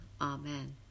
Amen